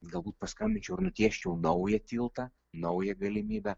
galbūt paskambinčiau ir nutiesčiau naują tiltą naują galimybę